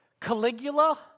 Caligula